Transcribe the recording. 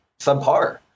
subpar